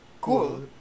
cool